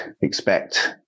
expect